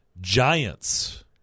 giants